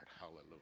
Hallelujah